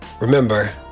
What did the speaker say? Remember